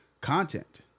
content